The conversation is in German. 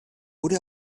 wurde